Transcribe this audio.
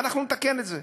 אנחנו נתקן את זה.